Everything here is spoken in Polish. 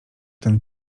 ten